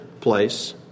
place